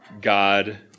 God